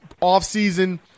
off-season